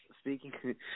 speaking